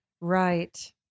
Right